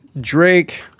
Drake